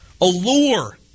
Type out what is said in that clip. allure